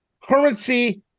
currency